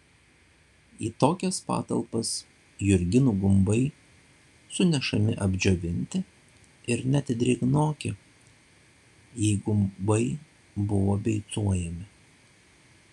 į tokias patalpas jurginų gumbai sunešami apdžiovinti ir net drėgnoki jei gumbai buvo beicuojami